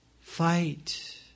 Fight